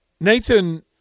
nathan